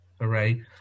Hooray